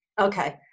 Okay